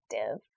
active